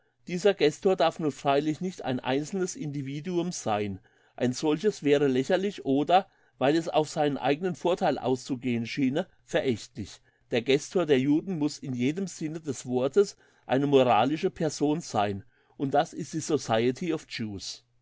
dieser gestor darf nun freilich nicht ein einzelnes individuum sein ein solches wäre lächerlich oder weil es auf seinen eigenen vortheil auszugehen schiene verächtlich der gestor der juden muss in jedem sinne des wortes eine moralische person sein und das ist die society